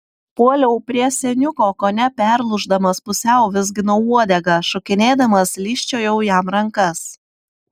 puoliau prie seniuko kone perlūždamas pusiau vizginau uodegą šokinėdamas lyžčiojau jam rankas